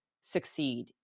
succeed